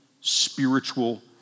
spiritual